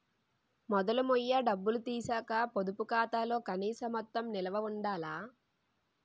మొదలు మొయ్య డబ్బులు తీసీకు పొదుపు ఖాతాలో కనీస మొత్తం నిలవ ఉండాల